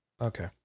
Okay